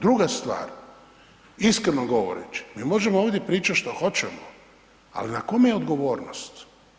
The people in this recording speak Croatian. Druga stvar, iskreno govoreći, mi možemo ovdje pričat što hoćemo ali na kome je odgovornost?